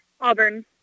Auburn